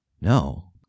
No